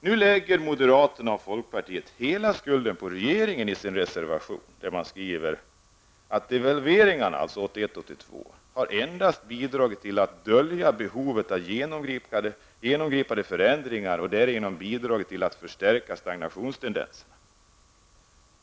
Nu lägger moderaterna och folkpartiet hela skulden på regeringen och skriver i sin reservation: ''Devalveringen har endast bidragit till att dölja behovet av genomgripande förändringar och därigenom bidragit till att förstärka stagnationstendenserna.''